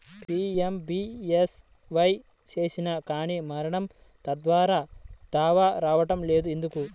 PMBSY చేసినా కానీ మరణం తర్వాత దావా రావటం లేదు ఎందుకు?